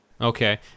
Okay